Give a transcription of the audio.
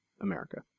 America